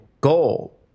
goal